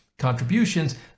contributions